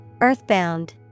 Earthbound